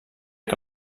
que